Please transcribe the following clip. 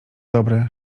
dobre